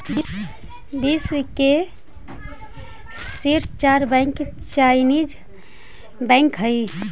विश्व के शीर्ष चार बैंक चाइनीस बैंक हइ